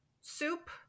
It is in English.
soup